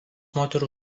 moterų